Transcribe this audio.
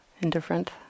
indifferent